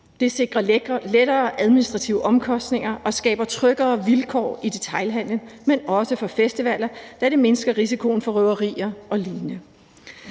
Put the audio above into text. Det sikrer færre administrative omkostninger og skaber tryggere vilkår i detailhandelen, men også for festivaler, da det mindsker risikoen for røveri og lignende.